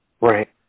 Right